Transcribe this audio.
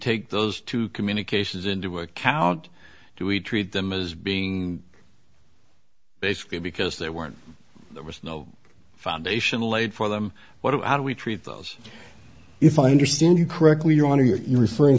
take those two communications into account do we treat them as being basically because they weren't there was no foundation laid for them what about how do we treat those if i understand you correctly you want to you're referring